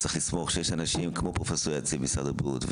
צריך לסמוך על כך שיש אנשים כמו פרופ' יציב במשרד הבריאות,